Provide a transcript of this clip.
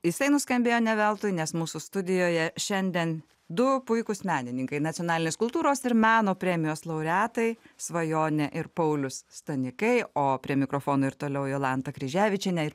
jisai nuskambėjo ne veltui nes mūsų studijoje šiandien du puikūs menininkai nacionalinės kultūros ir meno premijos laureatai svajonė ir paulius stanikai o prie mikrofono ir toliau jolanta kryževičienė ir